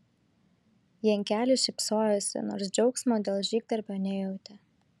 jankelis šypsojosi nors džiaugsmo dėl žygdarbio nejautė